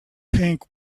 pink